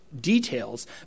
details